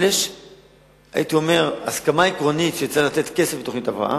יש הסכמה עקרונית שצריך לתת כסף לתוכנית הבראה,